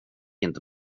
inte